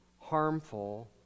harmful